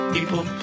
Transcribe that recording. People